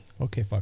Okay